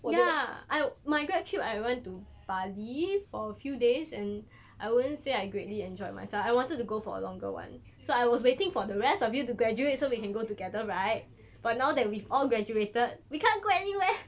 ya I my grad trip I went to bali for a few days and I wouldn't say that I greatly enjoyed myself I wanted to go for a longer [one] so I was waiting for the rest of you to graduate so we can go together right but now that we've all graduated we can't go anywhere